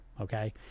okay